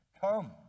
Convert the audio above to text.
come